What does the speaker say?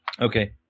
Okay